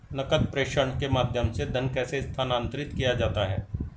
नकद प्रेषण के माध्यम से धन कैसे स्थानांतरित किया जाता है?